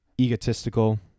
egotistical